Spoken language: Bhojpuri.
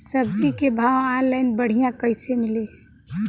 सब्जी के भाव ऑनलाइन बढ़ियां कइसे मिली?